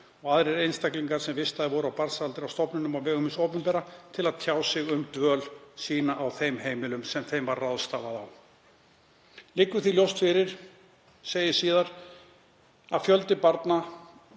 og aðrir einstaklingar sem vistaðir voru á barnsaldri á stofnunum á vegum hins opinbera til að tjá sig um dvöl sína á þeim heimilum sem þeim var ráðstafað á […] Liggur því ljóst fyrir að fjölda barna